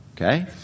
Okay